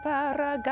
Para